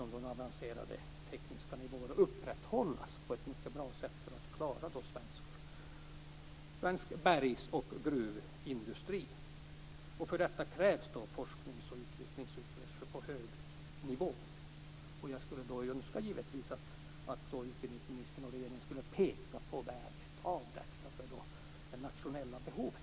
Den avancerade tekniska nivån måste upprätthållas på ett bra sätt för att klara svensk bergsoch gruvindustri. För detta krävs forsknings och utvecklingsresurser på hög nivå. Jag skulle önska att utbildningsministern och regeringen pekade på värdet av detta för det nationella behovet.